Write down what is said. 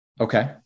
Okay